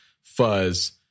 fuzz